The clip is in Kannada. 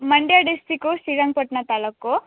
ಮಂಡ್ಯ ಡಿಸ್ಟಿಕು ಶ್ರೀರಂಗಪಟ್ಟಣ ತಾಲೂಕು